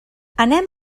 anem